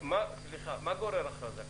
מה גוררת הכרזה כזו?